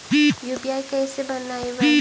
UPI कैसे बनइबै?